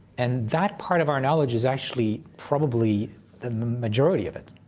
and that part of our knowledge is actually probably the majority of it.